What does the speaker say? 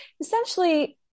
essentially